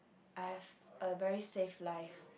I have a very safe life